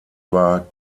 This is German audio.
war